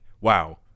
Wow